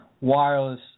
wireless